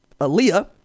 Aaliyah